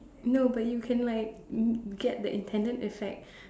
no but you can like um get the intended effect